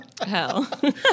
hell